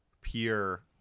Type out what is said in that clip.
pure